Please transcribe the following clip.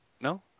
No